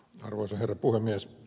arvoisa herra puhemies